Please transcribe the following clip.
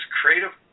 creative